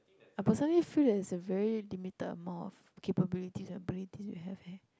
I personally feel that is a very limited amount of capabilities and abilities you have eh